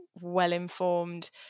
well-informed